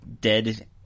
dead